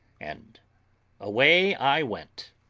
and away i went.